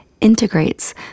integrates